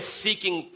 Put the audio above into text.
seeking